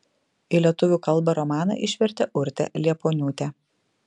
į lietuvių kalbą romaną išvertė urtė liepuoniūtė